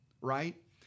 right